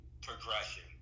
progression